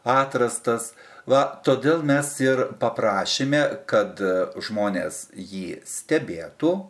atrastas va todėl mes ir paprašėme kad žmonės jį stebėtų